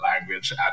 language